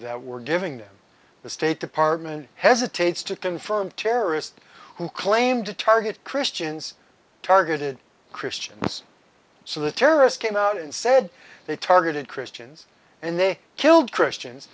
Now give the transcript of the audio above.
that were giving them the state department hesitates to confirm terrorist who claimed to target christians targeted christians so the terrorist came out and said they targeted christians and they killed christians